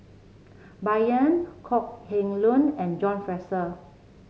Bai Yan Kok Heng Leun and John Fraser